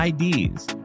IDs